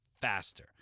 faster